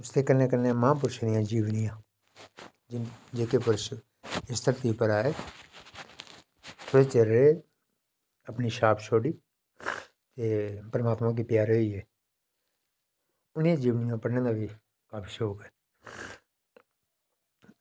इसदे कन्नै कन्नै महापुरशें दियां जीवनियां जेह्के पुरश इस धरती पर आये थोह्ड़े चिर रेह् अपनी छाप छोड़ी एह् परमात्मा गी प्यारे होई गे इ'नें जीवनियें च मेरी काफी शौक ऐ